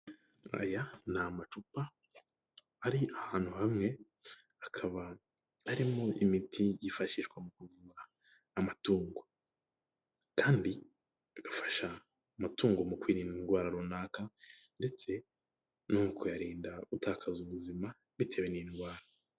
Aya ni amacupa ari ahantu hamwe akaba arimo imiti yifashishwa mu kuvura amatungo kandi igafasha amutungo mu kwirinda indwara runaka ndetse no kuyarinda gutakaza ubuzima bitewe n'indwara.